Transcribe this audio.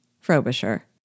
Frobisher